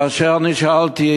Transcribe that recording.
כאשר שאלתי,